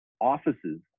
offices